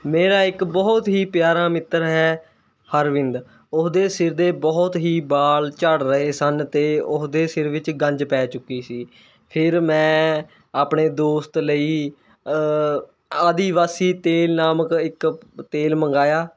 ਮੇਰਾ ਇੱਕ ਬਹੁਤ ਹੀ ਪਿਆਰਾ ਮਿੱਤਰ ਹੈ ਅਰਵਿੰਦ ਉਹਦੇ ਸਿਰ ਦੇ ਬਹੁਤ ਹੀ ਵਾਲ਼ ਝੜ ਰਹੇ ਸਨ ਅਤੇ ਉਹਦੇ ਸਿਰ ਵਿੱਚ ਗੰਜ ਪੈ ਚੁੱਕੀ ਸੀ ਫਿਰ ਮੈਂ ਆਪਣੇ ਦੋਸਤ ਲਈ ਆਦੀ ਵਾਸੀ ਤੇਲ ਨਾਮਕ ਇੱਕ ਤੇਲ ਮੰਗਾਇਆ